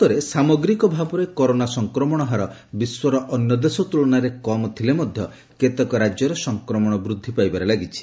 ଭାରତରେ ସାମଗ୍ରୀକ ଭାବରେ କରୋନା ସଂକ୍ରମଣ ହାର ବିଶ୍ୱର ଅନ୍ୟ ଦେଶ ତ୍ରଳନାରେ କମ୍ ଥିଲେ ମଧ୍ୟ କେତେକ ରାଜ୍ୟରେ ସଂକ୍ରମଣ ବୃଦ୍ଧି ପାଇବାରେ ଲାଗିଛି